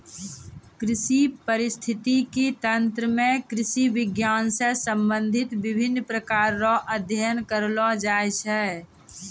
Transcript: कृषि परिस्थितिकी तंत्र मे कृषि विज्ञान से संबंधित विभिन्न प्रकार रो अध्ययन करलो जाय छै